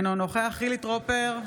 אינו נוכח חילי טרופר,